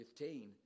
2015